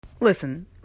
Listen